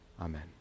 Amen